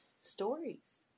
stories